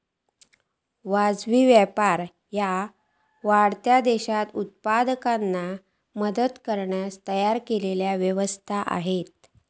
वाजवी व्यापार ह्या वाढत्या देशांत उत्पादकांका मदत करुक तयार केलेला व्यवस्था असा